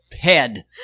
head